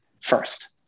first